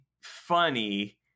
funny